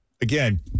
again